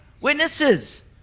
witnesses